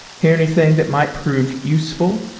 hear anything that might prove useful?